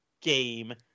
game